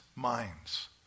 minds